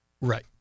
right